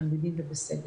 בתלמידים ובסגל.